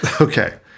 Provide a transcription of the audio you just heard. Okay